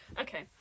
Okay